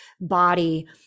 body